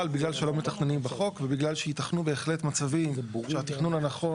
אבל בגלל שלא מתכננים בחוק וייתכנו בהחלט מצבים שהתכנון הנכון